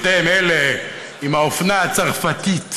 אתם אלה עם האופנה הצרפתית.